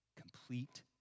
complete